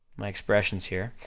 my expressions here,